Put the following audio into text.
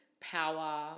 power